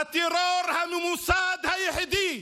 הטרור הממוסד היחידי,